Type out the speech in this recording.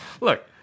Look